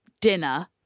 dinner